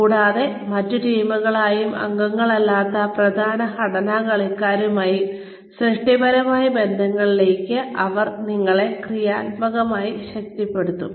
കൂടാതെ മറ്റ് ടീമുകളുമായും അംഗങ്ങളല്ലാത്ത പ്രധാന സംഘടനാ കളിക്കാരുമായും സൃഷ്ടിപരമായ ബന്ധങ്ങളിലേക്ക് അവർ നിങ്ങളെ ക്രിയാത്മകമായി ശക്തിപ്പെടുത്തുന്നു